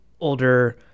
older